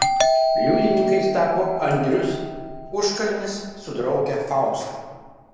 liudininkais tapo andrius užkalnis su drauge fausta